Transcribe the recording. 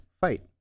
fight